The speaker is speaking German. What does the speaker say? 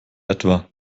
etwa